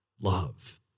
love